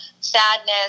sadness